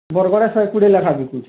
ବରଗଡ଼୍ ରେ ଶହେ କୁଡ଼ିଏ ଲେଖାଁ ବିକୁଛୁଁ